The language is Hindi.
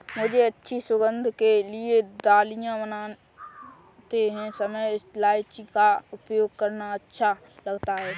मुझे अच्छी सुगंध के लिए दलिया बनाते समय इलायची का उपयोग करना अच्छा लगता है